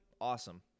awesome